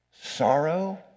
Sorrow